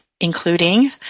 including